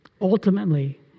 Ultimately